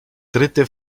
dritte